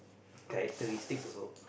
characteristics also